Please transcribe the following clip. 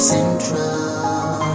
Central